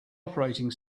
operating